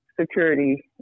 security